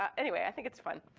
um anyway, i think it's fun.